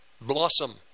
blossom